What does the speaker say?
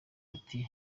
ati